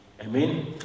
Amen